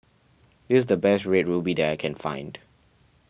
this the best Red Ruby that I can find